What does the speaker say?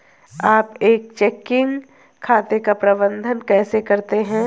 आप एक चेकिंग खाते का प्रबंधन कैसे करते हैं?